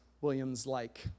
Williams-like